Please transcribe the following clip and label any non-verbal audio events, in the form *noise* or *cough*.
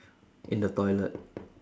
*breath* in the toilet